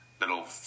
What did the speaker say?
little